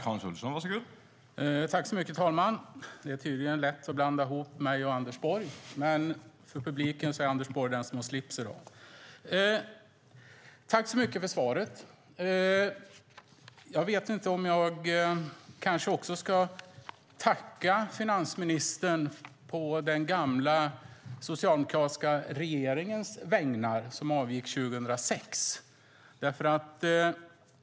Herr talman! Jag tackar finansministern så mycket för svaret. Jag vet inte om jag kanske också ska tacka finansministern å den gamla socialdemokratiska regeringens vägnar, den som avgick 2006.